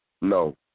No